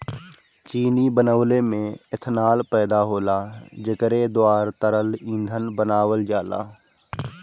चीनी बनवले में एथनाल पैदा होला जेकरे द्वारा तरल ईंधन बनावल जाला